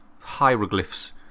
Hieroglyphs